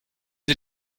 sie